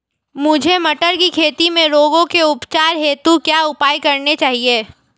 मुझे मटर की खेती में रोगों के उपचार हेतु क्या उपाय करने चाहिए?